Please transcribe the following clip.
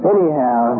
Anyhow